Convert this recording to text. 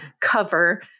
cover